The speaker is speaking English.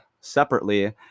separately